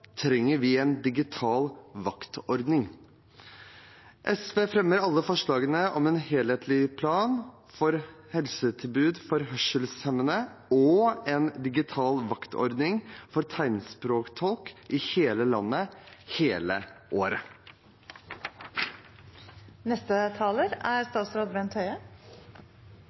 trenger vi en digital vaktordning. Vi fremmer forslag om en helhetlig plan for helsetilbud til hørselshemmede og en digital vaktordning for tegnspråktolk i hele landet – hele året. Hørselstap er